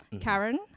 Karen